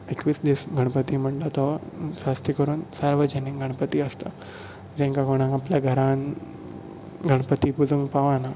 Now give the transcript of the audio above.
एकवीस दीस गणपती म्हणटा तो करून सार्वजनीक गणपती आसता जांकां कोणाक आपल्या घरांत गणपती पुजोवंक पावना